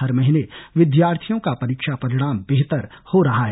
हर महीने विद्यार्थियों का परीक्षा परिणाम बेहतर हो रहा है